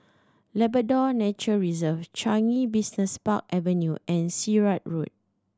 Labrador Nature Reserve Changi Business Park Avenue and Sirat Road